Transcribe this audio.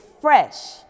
fresh